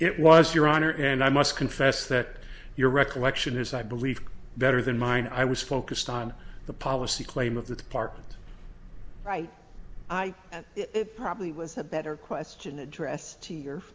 it was your honor and i must confess that your recollection is i believe better than mine i was focused on the policy claim of the part right i probably was a better question addressed to your